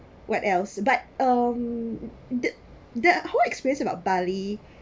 what else but um the the whole experience about bali